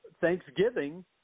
Thanksgiving